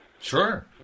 Sure